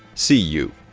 see you!